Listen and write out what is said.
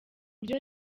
uburyo